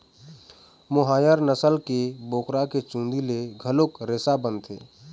मोहायर नसल के बोकरा के चूंदी ले घलोक रेसा बनथे